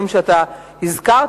דברים שאתה הזכרת,